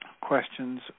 questions